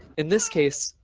in this case,